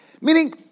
Meaning